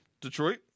Detroit